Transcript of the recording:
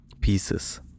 pieces